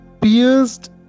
pierced